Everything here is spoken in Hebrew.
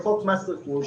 לחוק מס רכוש,